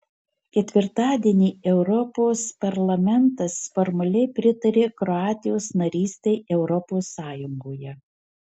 ketvirtadienį europos parlamentas formaliai pritarė kroatijos narystei europos sąjungoje